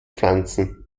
pflanzen